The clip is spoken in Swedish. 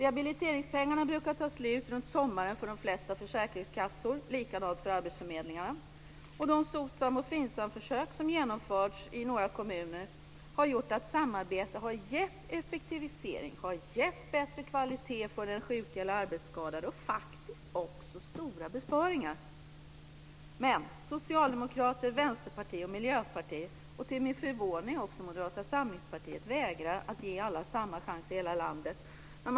Rehabiliteringspengarna brukar ta slut runt sommaren för de flesta försäkringskassor. Det är likadant för arbetsförmedlingarna. Men Socialdemokraterna, Vänsterpartiet och Miljöpartiet och till min förvåning också Moderata samlingspartiet vägrar att ge alla samma chans i hela landet.